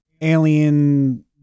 alien